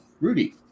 Rudy